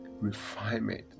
refinement